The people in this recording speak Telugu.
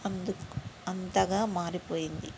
అందుకు అంతగా మారిపోయింది